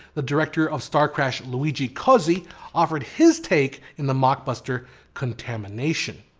the director of starcrash luigi cozzi offered his take in the mockbuster contamination.